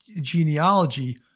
genealogy